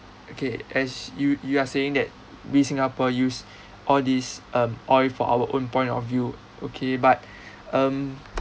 okay as you you are saying that we singapore use all these um oil for our own point of view okay but um